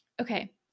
okay